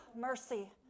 mercy